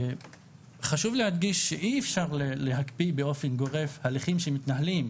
חשוב להדגיש שאי אפשר להקפיא באופן גורף הליכים שמתנהלים.